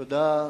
תודה.